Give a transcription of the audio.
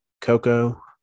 Coco